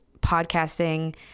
podcasting